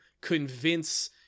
convince